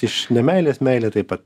iš nemeilės meilė taip pat